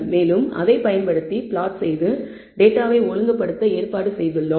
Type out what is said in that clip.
மேலும் அதை பயன்படுத்தி பிளாட் செய்து டேட்டாவை ஒழுங்குபடுத்த ஏற்பாடு செய்துள்ளோம்